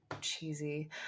cheesy